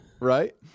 right